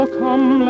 come